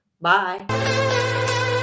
Bye